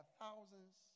thousands